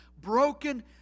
broken